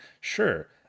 Sure